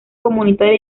comunitaria